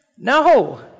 No